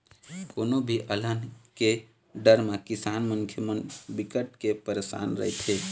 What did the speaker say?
कोनो भी अलहन के डर म किसान मनखे मन बिकट के परसान रहिथे